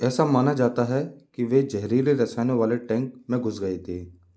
ऐसा माना जाता है कि वे जहरीले रसायनों वाले टैंक में घुस गए थे